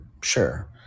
sure